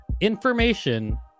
information